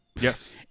Yes